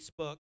Facebook